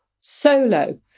solo